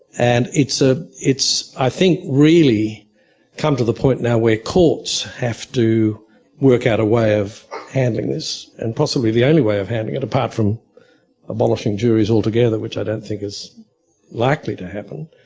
and it's ah it's i think really come to the point now where courts have to work out a way of handling this, and possibly the only way of handling it, apart from abolishing juries altogether, which i don't think is likely to happen,